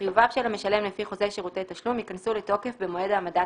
(ב)חיוביו של המשלם לפי חוזה שירותי תשלום ייכנסו לתוקף במועד העמדת